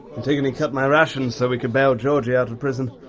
antigone cut my rations so we could bail georgie out of prison.